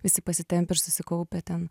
visi pasitempę ir susikaupę ten